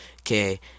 Okay